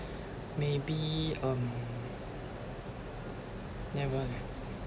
maybe um never leh